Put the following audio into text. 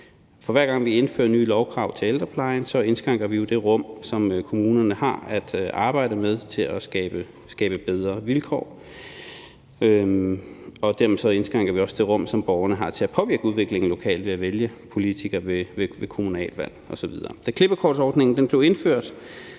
For hver gang vi indfører nye lovkrav til ældreplejen, indskrænker vi jo det rum, som kommunerne har at arbejde med til at skabe bedre vilkår, og dermed indskrænker vi også det rum, som borgerne har til at påvirke udviklingen lokalt ved at vælge politikere ved kommunalvalg osv. Da klippekortordningen blev indført,